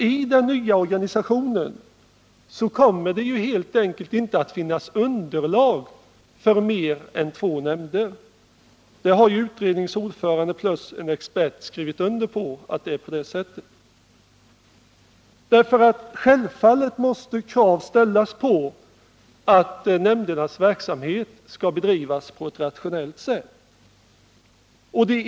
I den nya organisationen kommer det helt enkelt inte att finnas underlag för mer än två nämnder. Utredningens ordförande plus en expert har skrivit under på att det är på det sättet. Självfallet måste krav ställas på att nämndernas verksamhet skall bedrivas på ett rationellt sätt.